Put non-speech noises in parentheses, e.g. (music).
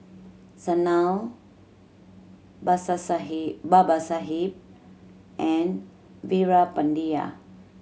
Sanal (unintelligible) Babasaheb and Veerapandiya